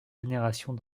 générations